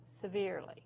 severely